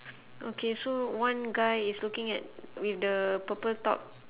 okay so one guy is looking at with the purple top